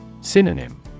Synonym